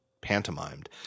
pantomimed